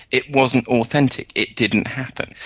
it wasn't authentic, it didn't happen.